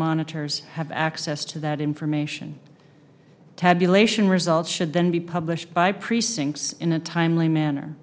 monitors have access to that information tabulation results should then be published by precincts in a timely manner